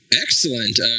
excellent